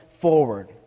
forward